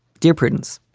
dear prudence,